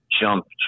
jumped